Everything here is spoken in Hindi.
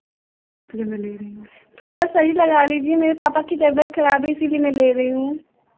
इसलिए मैं ले रही हूँ थोड़ा सही लगा लीजिए मेरे पापा कि तबीयत खराब है इसीलिए मैं ले रही हूँ